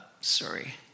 sorry